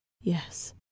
Yes